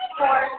four